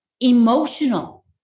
emotional